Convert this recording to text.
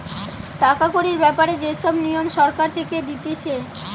টাকা কড়ির ব্যাপারে যে সব নিয়ম সরকার থেকে দিতেছে